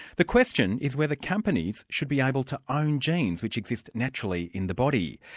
the question is whether companies should be able to own genes, which exist naturally in the body.